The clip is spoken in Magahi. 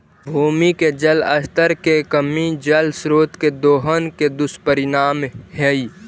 भूमि के जल स्तर के कमी जल स्रोत के दोहन के दुष्परिणाम हई